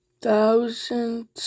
thousand